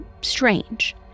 strange